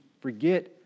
forget